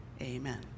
Amen